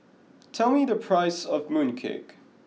tell me the price of Mooncake